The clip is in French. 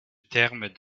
terme